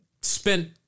spent